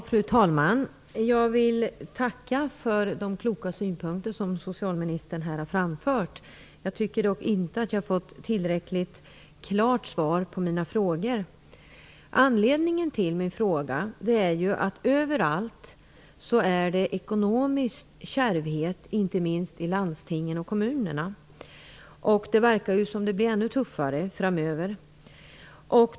Fru talman! Jag vill tacka för de kloka synpunkter som socialministern här har framfört. Jag tycker dock inte att jag har fått ett tillräckligt klart svar på mina frågor. Anledningen till min fråga är att det överallt är ekonomisk kärvhet, inte minst i landstingen och kommunerna och att det verkar bli ännu tuffare framöver.